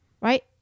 Right